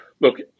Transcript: look